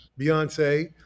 Beyonce